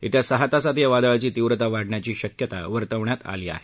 येत्या सहा तासात या वादळाची तीव्रता वाढण्याची शक्यता वर्तवण्यात आली आहे